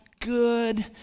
good